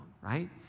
right